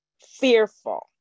fearful